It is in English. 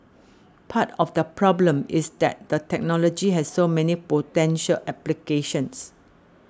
part of the problem is that the technology has so many potential applications